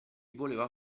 voleva